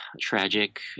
tragic